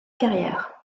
carrière